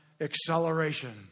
acceleration